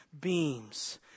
beams